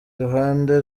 ruhande